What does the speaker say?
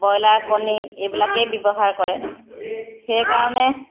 broiler কণী এইবিলাকে ব্যৱহাৰ কৰে সেইকাৰণে